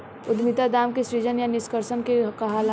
उद्यमिता दाम के सृजन या निष्कर्सन के कहाला